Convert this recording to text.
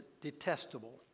detestable